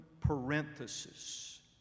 parenthesis